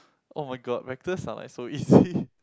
oh-my-god vectors are like so easy